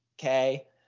okay